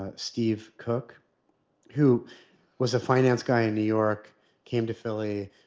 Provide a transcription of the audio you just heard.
ah steve cook who was a finance guy in new york came to philly,